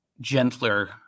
gentler